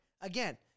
again